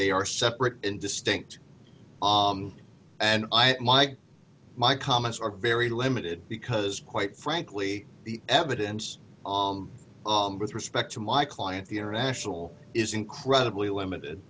they are separate and distinct and my comments are very limited because quite frankly the evidence with respect to my client the international is incredibly limited